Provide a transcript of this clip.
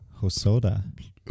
Hosoda